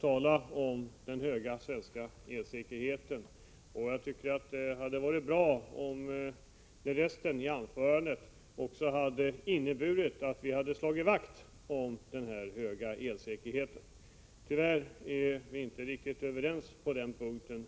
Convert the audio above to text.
tala om den höga svenska elsäkerheten, och det hade varit bra om resten av anförandet hade inneburit att han slagit vakt om denna höga elsäkerhet. Tyvärr är Rune Jonsson och jag inte riktigt överens på den punkten.